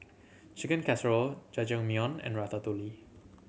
Chicken Casserole Jajangmyeon and Ratatouille